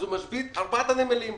הוא משבית את ארבעת הנמלים,